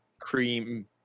cream